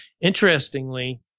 interestingly